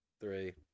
three